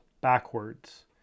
backwards